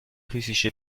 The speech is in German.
psychische